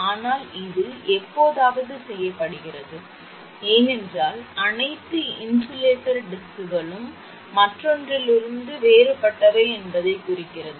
ஆனால் இது எப்போதாவது செய்யப்படுகிறது ஏனென்றால் அனைத்து இன்சுலேட்டர் டிஸ்க்குகளும் மற்றொன்றிலிருந்து வேறுபட்டவை என்பதைக் குறிக்கிறது